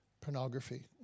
pornography